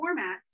formats